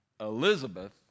Elizabeth